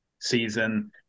season